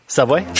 Subway